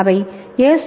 அவை எஸ்